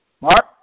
Mark